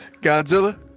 Godzilla